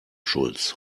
schulz